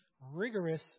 rigorous